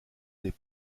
des